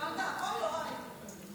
הבנת הכול, יוראי?